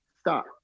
stop